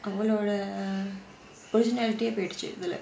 அவளோட:avaloda personality eh போயிடுச்சி:poyiduchi